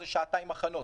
זה שעתיים הכנות.